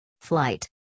flight